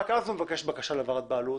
רק אז הוא מגיש בקשה להעברת בעלות,